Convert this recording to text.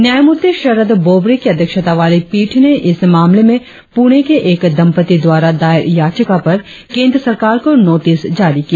न्यायमूर्ति शरद बोबड़े की अध्यक्षता वाली पीठ ने इस मामले में पूणे के एक दंपति द्वारा दायर याचिका पर केंद्र सरकार को नोटिस जारी किया